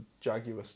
Jaguar